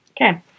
Okay